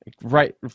right